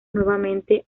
nuevamente